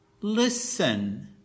Listen